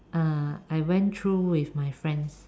uh I went through with my friends